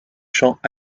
champs